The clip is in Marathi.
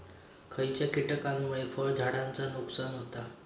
खयच्या किटकांमुळे फळझाडांचा नुकसान होता?